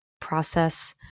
process